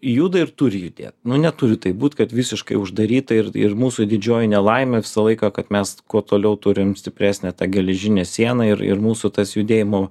juda ir turi judėt nu neturi taip būt kad visiškai uždaryta ir ir mūsų didžioji nelaimė visą laiką kad mes kuo toliau turim stipresnę tą geležinę sieną ir ir mūsų tas judėjimo